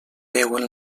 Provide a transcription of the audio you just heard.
veuen